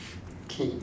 K